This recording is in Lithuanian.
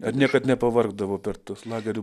ar niekad nepavargdavot per tuos lagerių